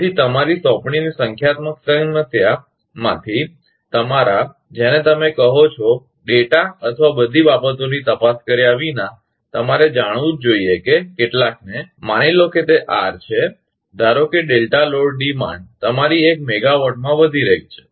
તેથી તમારી સોંપણીની સંખ્યાત્મક સમસ્યામાંથી તમારા જેને તમે કહો છો ડેટા અથવા બધી બાબતોની તપાસ કર્યા વિના તમારે જાણવું જ જોઇએ કે કેટલાકને માની લો કે તે આર છે ધારો કે ડેલ્ટા લોડ ડિમાન્ડ તમારી એક મેગાવાટમાં વધી ગઈ છે